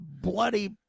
bloody